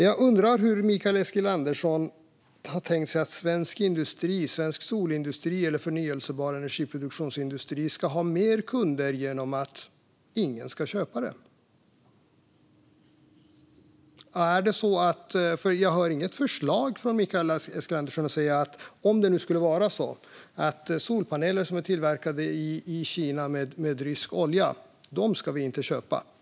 Jag undrar hur Mikael Eskilandersson har tänkt sig att svensk industri - svensk solindustri eller förnybar energiproduktionsindustri - ska få fler kunder genom att ingen ska köpa. Jag hör inget förslag från Mikael Eskilandersson. Han hade kunnat säga att vi inte ska köpa solpaneler som är tillverkade i Kina med rysk olja.